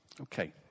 Okay